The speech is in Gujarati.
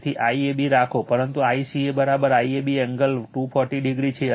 તેથી IAB રાખો પરંતુ ICA IAB એંગલ 240o છે